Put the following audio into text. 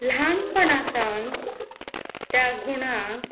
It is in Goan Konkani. ल्हानपणा सावन त्या गुणांक